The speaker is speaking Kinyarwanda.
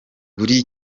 buri